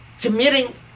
committing